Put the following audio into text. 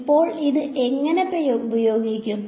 ഇപ്പോൾ അത് എങ്ങനെ ഉപയോഗിക്കും